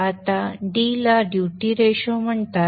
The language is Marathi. आता d ला ड्यूटी रेशो म्हणतात